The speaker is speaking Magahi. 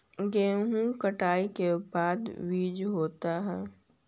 गेहूं कटाई के बाद का चीज होता है?